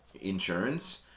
insurance